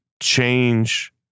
Change